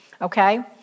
Okay